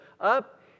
up